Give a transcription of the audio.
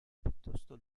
piuttosto